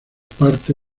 parte